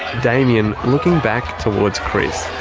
damien, looking back towards chris,